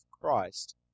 Christ